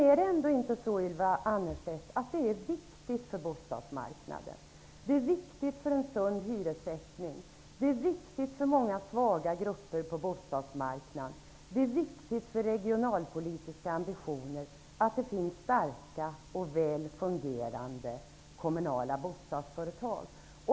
Är det ändå inte så, Ylva Annerstedt, att det är viktigt för bostadsmarknaden, för en sund hyressättning, för många svaga grupper och för regionalpolitiska ambitioner att det finns starka och väl fungerande kommunala bostadsföretag?